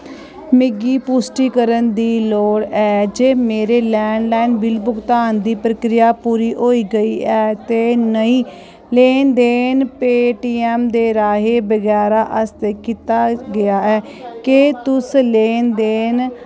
मिगी पुश्टिरन दी लोड़ ऐ जे मेरे लैंडलाइन बिल भुगतान दी प्रक्रिया पूरी होई गेई ऐ ते नेईं लैन देन पेटीऐम्म दे राहें बगैरा आस्तै कीता गेआ ऐ केह् तुस लैन देन